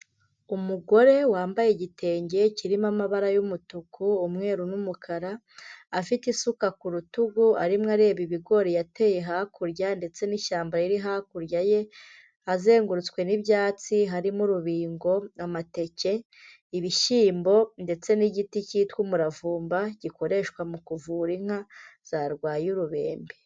Umugore wambaye igitenge kirimo amabara y'umutuku, umweru n'umukara, afite isuka ku rutugu arimo areba ibigori yateye hakurya ndetse n'ishyamba riri hakurya ye, azengurutswe n'ibyatsi harimo urubingo, amateke, ibishyimbo ndetse n'igiti cyitwa umuravumba, gikoreshwa mu kuvura inka zarwaye urubembe.